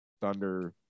Thunder